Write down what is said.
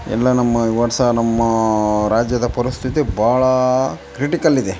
ಎಲ್ಲ ನಮ್ಮ ವರ್ಷ ನಮ್ಮ ರಾಜ್ಯದ ಪರಿಸ್ಥಿತಿ ಭಾಳಾ ಕ್ರಿಟಿಕಲ್ಲಿದೆ